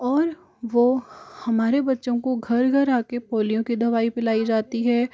और वो हमारे बच्चों को घर घर आकर पोलियो की दवाई पिलाई जाती है